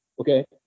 okay